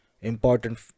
important